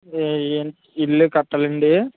ఇ ఇన్ ఇల్లు కట్టాలండి